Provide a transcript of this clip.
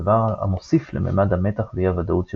דבר המוסיף למימד המתח ואי-הוודאות שבהרפתקאה.